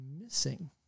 missing